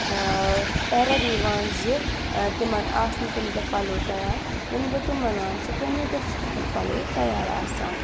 error یِوان زٕ تِمَن آسہِ نہٕ تَمہِ دۄہ پَلو تیار ییٚمۍ دۄہ تِم وَنان چھِ تَمے دۄہ چھِ تِہُنٛد پَلو تیار آسان